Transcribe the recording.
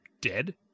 dead